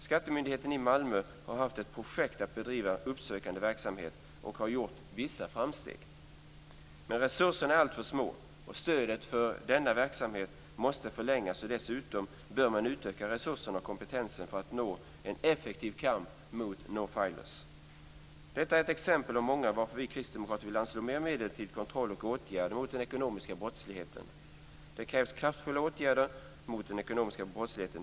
Skattemyndigheten i Malmö har haft ett projekt för att bedriva uppsökande verksamhet och har gjort vissa framsteg. Men resurserna är alltför små. Stödet för denna verksamhet måste förlängas, och dessutom bör man utöka resurserna och kompetensen för att nå en effektiv kamp mot non filers. Detta är ett exempel av många på varför vi Kristdemokrater vill anslå mer medel till kontroll och åtgärder mot ekonomisk brottslighet. Det krävs kraftfulla åtgärder mot den ekonomiska brottsligheten.